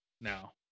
now